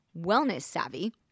wellness-savvy